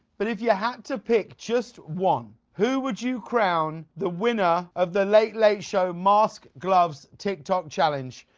but if you had to pick just one, who would you crown the winner of the late late show mask, gloves, tik tok challenge.